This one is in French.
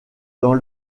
dans